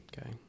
Okay